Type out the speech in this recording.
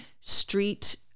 street